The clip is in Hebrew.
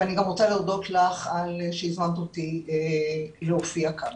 ואני רוצה גם להודות לך שהזמנת אותי להופיע כאן.